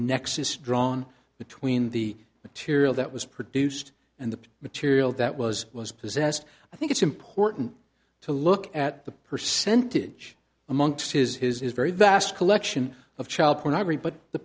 nexus drawn between the material that was produced and the material that was was possessed i think it's important to look at the percentage amongst his his his very vast collection of child pornography but the